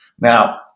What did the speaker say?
now